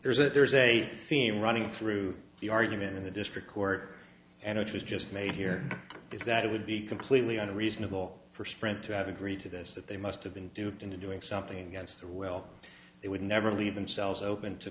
there is that there is a theme running through the argument in the district court and interest just made here is that it would be completely unreasonable for sprint to have agreed to this that they must have been duped into doing something as well they would never leave themselves open to